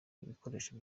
ibikoresho